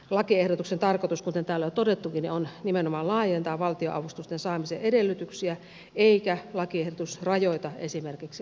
lakiehdotuksen tarkoitus kuten täällä on todettukin on nimenomaan laajentaa valtionavustusten saamisen edellytyksiä eikä lakiehdotus rajoita esimerkiksi alueellisten liikuntajärjestöjen mahdollisuutta avustuksen saamiseen